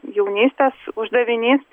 jaunystės uždavinys